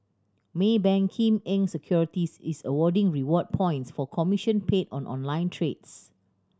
Maybank Kim Eng Securities is awarding reward points for commission paid on online trades